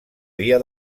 via